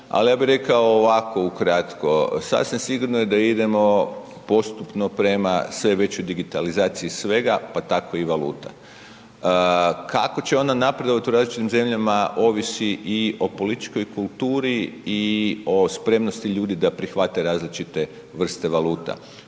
ali ja bih rekao ovako ukratko. Sasvim sigurno je da idemo postupno prema sve većoj digitalizaciji svega, pa tako i valute. Kako će ona napredovati u različitim zemljama ovisi i o političkoj kulturi i o spremnosti ljudi da prihvate različite vrste valuta.